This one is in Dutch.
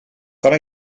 kan